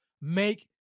make